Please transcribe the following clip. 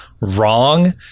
wrong